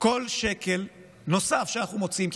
כל שקל נוסף שאנחנו מוציאים,